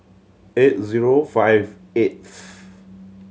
eight zero five eighth